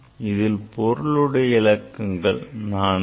இதில் பொருளுடையவிலக்கங்கள் 4